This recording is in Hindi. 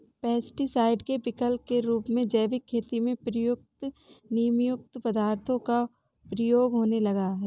पेस्टीसाइड के विकल्प के रूप में जैविक खेती में प्रयुक्त नीमयुक्त पदार्थों का प्रयोग होने लगा है